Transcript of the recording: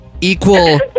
equal